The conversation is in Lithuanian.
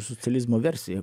socializmo versija